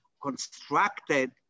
constructed